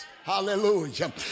Hallelujah